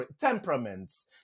temperaments